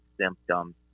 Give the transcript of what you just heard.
symptoms